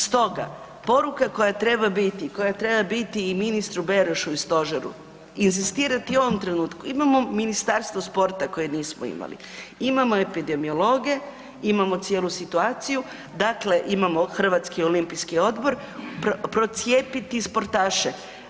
Stoga poruka koja treba biti, koja treba biti i ministru Berošu i stožeru, inzistirati u ovom trenutku, imamo Ministarstvo sporta koje nismo imali, imamo epidemiologe, imamo cijelu situaciju, dakle imamo Hrvatski olimpijski odbor procijepiti sportaše.